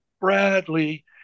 Bradley